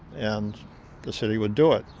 and the city would do it,